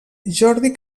jordi